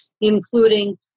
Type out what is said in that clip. including